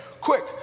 quick